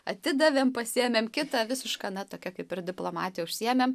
atidavėm pasiėmėm kitą visišką na tokia kaip ir diplomatija užsiėmėm